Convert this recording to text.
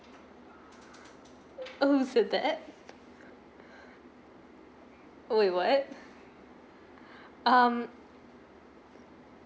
oh is bad oh you what um